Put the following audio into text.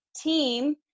team